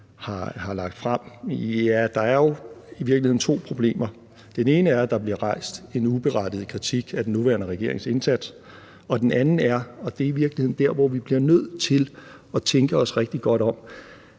har lagt frem? Ja, der er jo i virkeligheden to problemer. Det ene er, at der bliver rejst en uberettiget kritik af den nuværende regerings indsats; og det andet er – og det er i virkeligheden der, hvor vi bliver nødt til at tænke os rigtig godt om